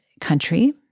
country